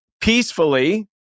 peacefully